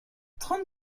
trente